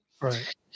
Right